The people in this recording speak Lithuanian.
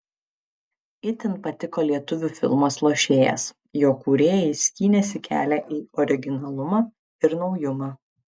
itin patiko lietuvių filmas lošėjas jo kūrėjai skynėsi kelią į originalumą ir naujumą